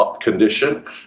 condition